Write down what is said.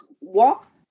walk